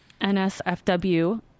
NSFW